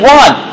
one